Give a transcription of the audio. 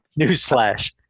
Newsflash